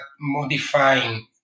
modifying